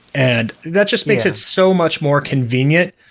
and that just makes it so much more convenient.